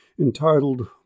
entitled